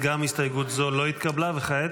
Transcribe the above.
וכעת?